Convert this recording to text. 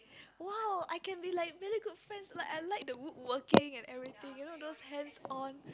!wow! I can be like very good friend like I like the woodworking and everything you know those hands on